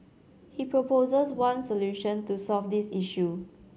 he proposes one solution to solve this issue